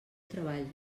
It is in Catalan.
treball